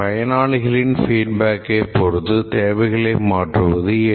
பயனாளிகளின் feedback ஐ பொறுத்து தேவைகளை மாற்றுவது எளிது